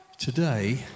Today